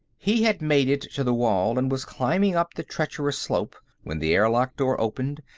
he had made it to the wall and was climbing up the treacherous slope when the airlock door opened,